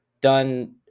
done